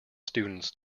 students